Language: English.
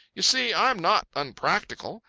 you see, i am not unpractical.